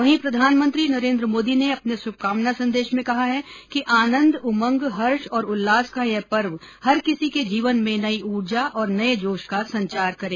वहीं प्रधानमंत्री नरेन्द्र मोदी ने अपने शुभकामना संदेश में कहा है कि आनंद उमंग हर्ष और उल्लास का यह पर्व हर किसी के जीवन में नई ऊर्जा और नये जोश का संचार करें